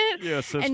Yes